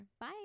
bye